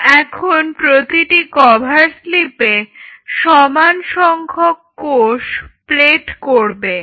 তোমরা এখন প্রতিটি কভার স্লিপে সমান সংখ্যক কোষ প্লেট করবে